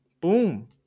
Boom